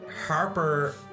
Harper